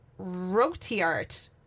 Rotiart